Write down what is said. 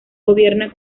gobierna